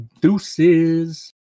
Deuces